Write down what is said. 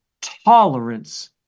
tolerance